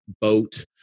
boat